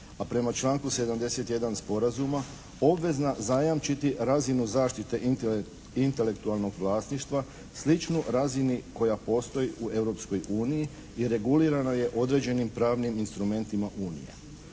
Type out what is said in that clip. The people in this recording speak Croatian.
a prema članku 71. sporazuma, obvezna zajamčiti razinu zaštite intelektualnog vlasništva sličnu razini koja postoji u Europskoj uniji i regulirana je određenim pravnim instrumentima Unije.